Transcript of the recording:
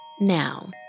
Now